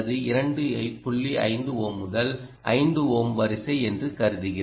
5 ohm முதல் 5 ohm வரிசை என்று கருதுகிறேன்